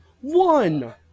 One